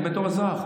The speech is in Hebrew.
בתור אזרח,